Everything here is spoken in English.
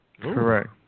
Correct